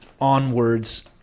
onwards